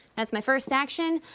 that's my first action.